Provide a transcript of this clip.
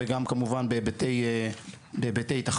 וגם כמובן בהיבטי תחמושת.